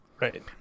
Right